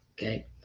Okay